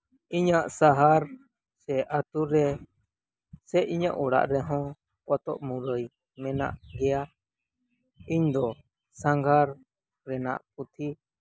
ᱤᱧᱟᱹᱜ ᱥᱟᱦᱟᱨ ᱥᱮ ᱟᱛᱳ ᱨᱮ ᱥᱮ ᱤᱧᱟᱹᱜ ᱚᱲᱟᱜ ᱨᱮᱦᱚᱸ ᱯᱚᱛᱚᱵ ᱢᱩᱨᱟᱹᱭ ᱢᱮᱱᱟᱜ ᱜᱮᱭᱟ ᱤᱧ ᱫᱚ ᱥᱟᱸᱜᱷᱟᱨ ᱨᱮᱱᱟᱜ ᱯᱩᱛᱷᱤ